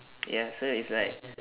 ya so it's like